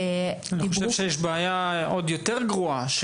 אני חושב שיש בעיה עוד יותר גרועה.